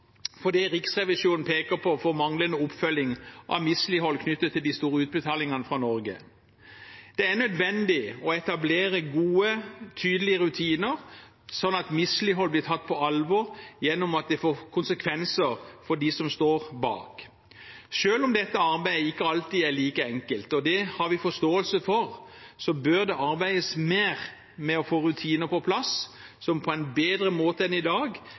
for det Riksrevisjonen peker på av manglende oppfølging av mislighold knyttet til de store utbetalingene fra Norge. Det er nødvendig å etablere gode, tydelige rutiner, sånn at mislighold blir tatt på alvor ved at det får konsekvenser for dem som står bak. Selv om dette arbeidet ikke alltid er like enkelt – og det har vi forståelse for – bør det arbeides mer med å få rutiner på plass som på en bedre måte enn i dag